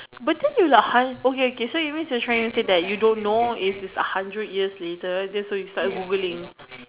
but then you like hunt you trying to say that you don't know it is a hundred years later then you so start Googling